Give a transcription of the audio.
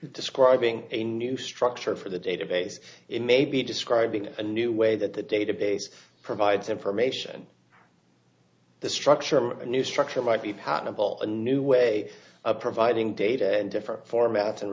describing a new structure for the database it may be describing a new way that the database provides information the structure of a new structure might be patentable a new way of providing data and different formats and